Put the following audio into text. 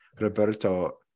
Roberto